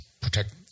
protect